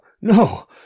no